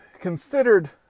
considered